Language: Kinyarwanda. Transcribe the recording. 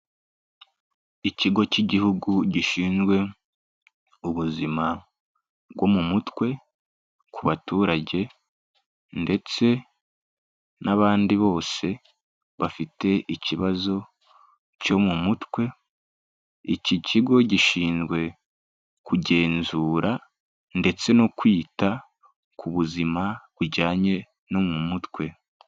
Ikigo cy'igihugu gishinzwe ubuzima bwo mu mutwe ku baturage ndetse n'abandi bose bafite ikibazo cyo mu mutwe, iki kigo gishinzwe kugenzura ndetse no kwita ku buzima bujyanye no mu mutwe.